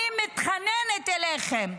אני מתחננת אליכם: